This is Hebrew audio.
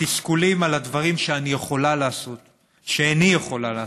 התסכולים על הדברים שאיני יכולה לעשות,